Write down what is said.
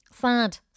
Sad